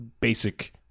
basic